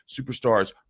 superstars